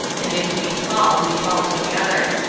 and if we fall, we fall together.